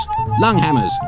Lunghammers